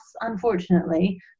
unfortunately